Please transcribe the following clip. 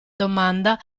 domanda